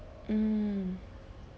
mm